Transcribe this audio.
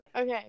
Okay